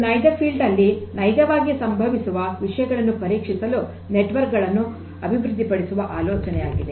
ಇದು ನೈಜ ಕ್ಷೇತ್ರದಲ್ಲಿ ನೈಜವಾಗಿ ಸಂಭವಿಸುವ ವಿಷಯಗಳನ್ನು ಪರೀಕ್ಷಿಸಲು ನೆಟ್ವರ್ಕ್ ಅನ್ನು ಅಭಿವೃದ್ಧಿಪಡಿಸುವ ಆಲೋಚನೆಯಾಗಿದೆ